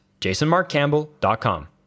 jasonmarkcampbell.com